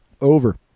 over